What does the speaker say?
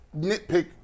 nitpick